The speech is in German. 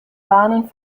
warnen